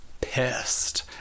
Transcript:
pissed